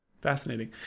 Fascinating